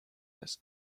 has